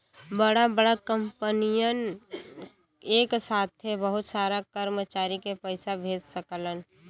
बड़ा बड़ा कंपनियन एक साथे बहुत सारा कर्मचारी के पइसा भेज सकलन